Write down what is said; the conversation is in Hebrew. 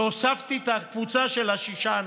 והוספתי את הקבוצה של ששת הימים.